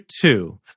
two